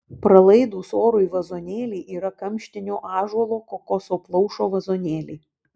pralaidūs orui vazonėliai yra kamštinio ąžuolo kokoso plaušo vazonėliai